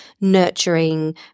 nurturing